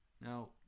Now